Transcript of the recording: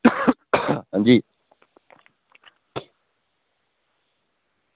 हां जी